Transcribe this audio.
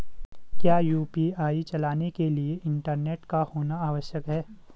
क्या यु.पी.आई चलाने के लिए इंटरनेट का होना आवश्यक है?